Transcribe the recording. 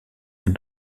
ein